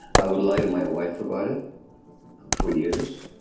i would lie to my wife about it for years.